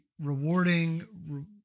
rewarding